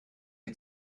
die